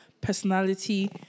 personality